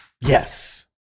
yes